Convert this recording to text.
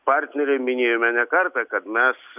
partneriai minėjome ne kartą kad mes